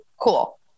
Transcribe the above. Cool